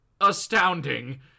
astounding